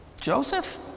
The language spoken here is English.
Joseph